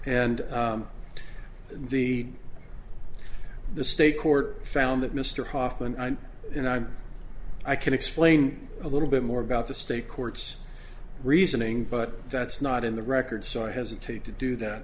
and the the state court found that mr hoffman i you know i'm i can explain a little bit more about the state courts reasoning but that's not in the record so i hesitate to do that